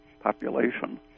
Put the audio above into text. population